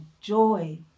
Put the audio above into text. joy